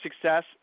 success